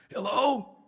Hello